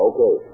Okay